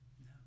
No